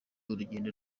urugendo